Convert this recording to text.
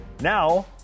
Now